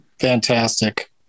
fantastic